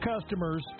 customers